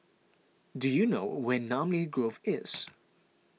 do you know where Namly Grove is